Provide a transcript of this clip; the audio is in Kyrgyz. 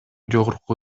жогорку